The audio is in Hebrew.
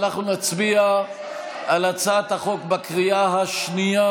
אנחנו נצביע על הצעת החוק בקריאה השנייה,